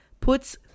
puts